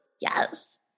yes